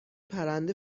پرنده